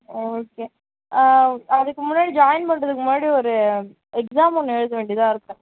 okay ஆ அதுக்கு முன்னாடி ஜாயின் பண்ணுறதுக்கு முன்னாடி ஒரு எக்ஸாம் ஒன்று எழுத வேண்டியதாகருக்கும்